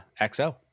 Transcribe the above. XO